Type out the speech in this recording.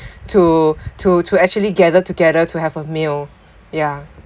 to to to actually gathered together to have a meal ya